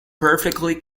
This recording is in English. perfectly